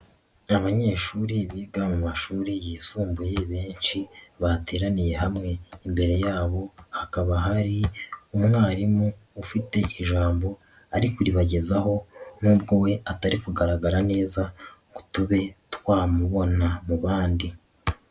Abanyeshuri biga mu mashuri yisumbuye benshi bateraniye hamwe, imbere yabo hakaba hari umwarimu ufite ijambo ari kuribagezaho nubwo we atari kugaragara neza ngo tube twamubona mu bandi.